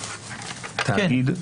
במבנה התאגיד,